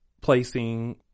placing